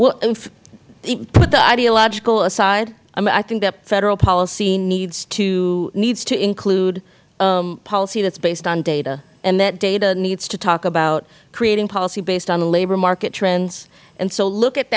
well put the ideological aside i mean i think that federal policy needs to include policy that is based on data and that data needs to talk about creating policy based on the labor market trends and so look at